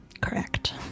Correct